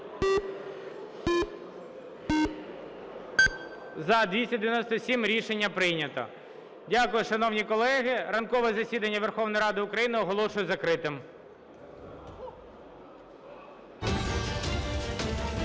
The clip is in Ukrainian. За-297 Рішення прийнято. Дякую, шановні колеги. Ранкове засідання Верховної Ради України оголошую закритим.